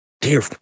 Dear